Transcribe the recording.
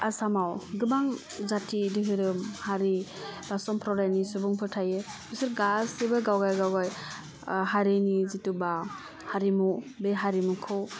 आसामाव गोबां जाति दोहोरोम हारि बा समप्रदायनि सुबुंफोर थायो बिसोर गासिबो गावगाय गावगाय हारिनि जिथुबा हारिमु बे हारिमुखौ